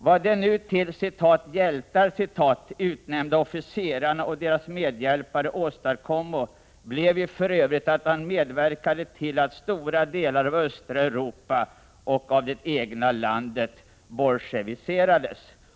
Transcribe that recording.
Vad de nu till ”hjältar' utnämnda officerarna och deras medhjälpare åstadkommo blev ju för övrigt att man medverkade till att stora delar av östra Europa och av det egna landet bolsjeviserades.